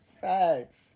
Facts